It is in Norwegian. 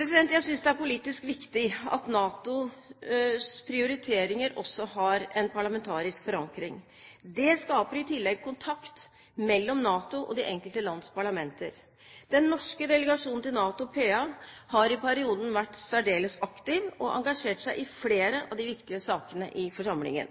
Jeg synes det er politisk viktig at NATOs prioriteringer også har en parlamentarisk forankring. Det skaper i tillegg kontakt mellom NATO og de enkelte lands parlamenter. Den norske delegasjon til NATO PA har i perioden vært særdeles aktiv og har engasjert seg i flere av de viktige sakene i forsamlingen.